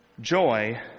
joy